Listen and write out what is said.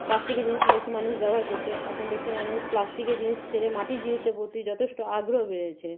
প্লাস্টিকের জিনিস বেশি মানুষ ব্যবহার করতো এখন দেখছি মানুষ প্লাস্টিকের জিনিস ছেড়ে মাটির জিনিসের প্রতি যথেষ্ট আগ্রহ বেড়েছে